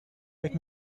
avec